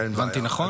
הבנתי נכון?